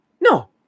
No